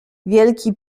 wielki